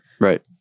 Right